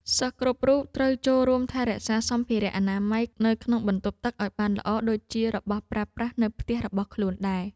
សិស្សគ្រប់រូបត្រូវចូលរួមថែរក្សាសម្ភារៈអនាម័យនៅក្នុងបន្ទប់ទឹកឱ្យបានល្អដូចជារបស់ប្រើប្រាស់នៅផ្ទះរបស់ខ្លួនដែរ។